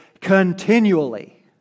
continually